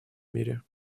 мире